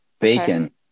Bacon